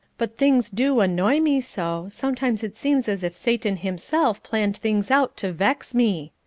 but things do annoy me so, sometimes it seems as if satan himself planned things out to vex me.